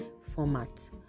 format